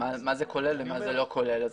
מה זה כולל ומה זה לא כולל.